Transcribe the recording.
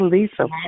Lisa